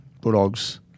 Bulldogs